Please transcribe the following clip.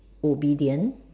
obedient